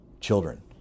children